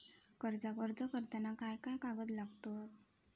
कर्जाक अर्ज करताना काय काय कागद लागतत?